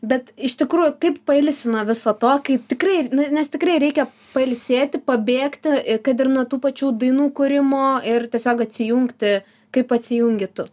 bet iš tikrųjų kaip pailsi nuo viso to kai tikrai nu nes tikrai reikia pailsėti pabėgti i kad ir nuo tų pačių dainų kūrimo ir tiesiog atsijungti kaip atsijungi tu